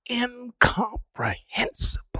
incomprehensible